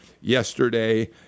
yesterday